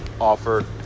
offer